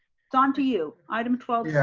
it's on to you, item twelve yeah